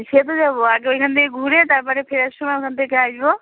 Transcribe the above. সে তো যাবো আগে ঐখান থেকে ঘুরে তারপরে ফেরার সময় ওখান থেকে আসব